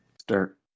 Start